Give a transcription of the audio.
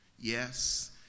yes